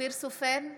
אופיר סופר,